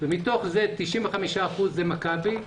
ומתוך זה 95 אחוזים זאת מכבי.